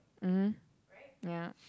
mmhmm yeah